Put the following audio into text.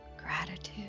gratitude